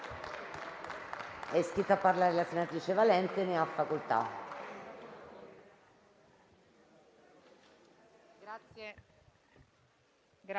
È iscritta a parlare la senatrice Pavanelli. Ne ha facoltà.